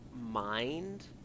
mind